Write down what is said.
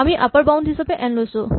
আমি upper bound হিচাপে n লৈছো